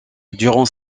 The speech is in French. durant